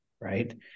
right